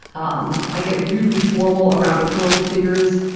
um i get weirdly formal around authority figures.